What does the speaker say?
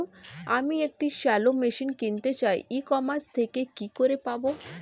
আমি একটি shallow machine কিনতে চাই ই কমার্স থেকে কি করে পাবো?